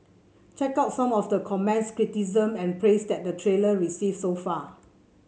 check out some of the comments criticism and praise that the trailer received so far